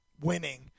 winning